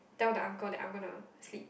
tell that uncle that I'm gonna sleep